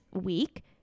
week